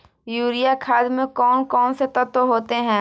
Urea खाद में कौन कौन से तत्व होते हैं?